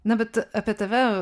na bet apie tave